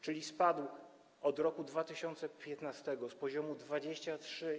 Czyli spadł od roku 2015 z poziomu 23,4%